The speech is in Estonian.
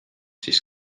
siis